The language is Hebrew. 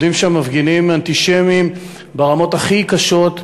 עומדים שם מפגינים אנטישמים ברמות הכי קשות,